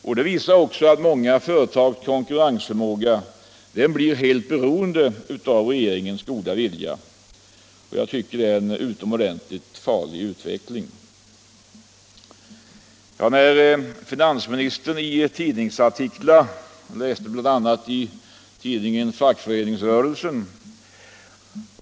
Och det visar också att många företags konkurrensförmåga blir helt beroende av regeringens goda vilja. Det är en utomordentligt farlig utveckling.